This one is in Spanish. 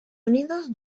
unidos